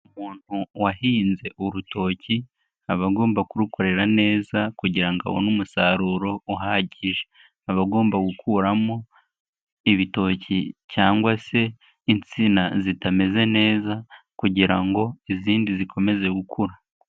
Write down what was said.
Umuntu wahinze urutoki, aba agomba kurukorera neza kugira ngo abone umusaruro uhagije, aba agomba gukuramo ibitoki cyangwa se insina zitameze neza kugira ngo izindi zikomeze gukura.